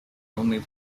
only